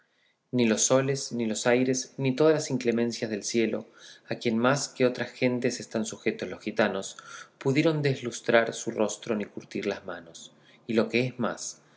ni los soles ni los aires ni todas las inclemencias del cielo a quien más que otras gentes están sujetos los gitanos pudieron deslustrar su rostro ni curtir las manos y lo que es más